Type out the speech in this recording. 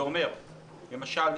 למשל: